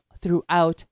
throughout